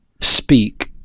speak